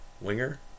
winger